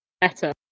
better